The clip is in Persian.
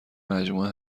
مجموعه